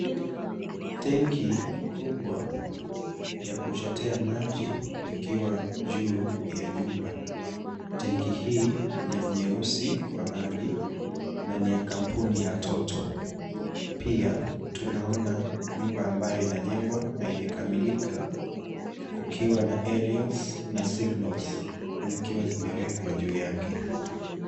Tengi kubwa ya kuchotea maji, ikiwa juu ya nyumba. Tengi hii ni nyeusi kwa rangi na ni ya kampuni ya Toto. Pia tunaona nyumba ambayo inajengwa haijakamilika, kukiwa na arials na signals , zikiwa zimewekwa juu yake.